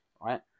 right